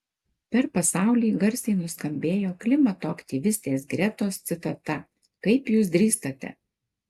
per pasaulį garsiai nuskambėjo klimato aktyvistės gretos citata kaip jūs drįstate